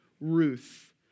Ruth